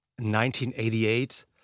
1988